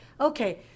Okay